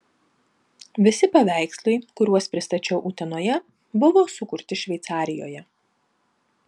visi paveikslai kuriuos pristačiau utenoje buvo sukurti šveicarijoje